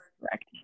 correct